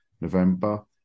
november